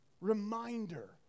reminder